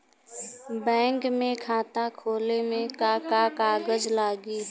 Bank में खाता खोले मे का का कागज लागी?